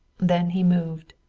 then he moved.